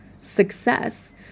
success